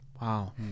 Wow